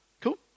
Cool